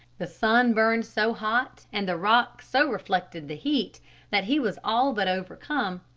the sun burned so hot and the rock so reflected the heat that he was all but overcome.